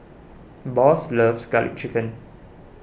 Boss loves Garlic Chicken